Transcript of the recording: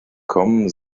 kommen